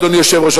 אדוני היושב-ראש,